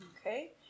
okay